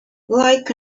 like